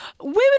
women